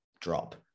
drop